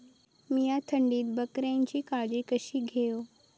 मीया थंडीत बकऱ्यांची काळजी कशी घेव?